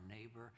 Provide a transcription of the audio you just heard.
neighbor